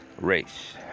race